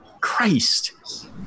Christ